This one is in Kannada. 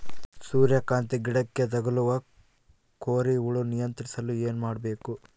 ಸೂರ್ಯಕಾಂತಿ ಗಿಡಕ್ಕೆ ತಗುಲುವ ಕೋರಿ ಹುಳು ನಿಯಂತ್ರಿಸಲು ಏನು ಮಾಡಬೇಕು?